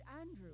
Andrew